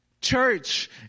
Church